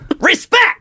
respect